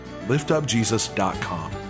liftupjesus.com